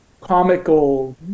comical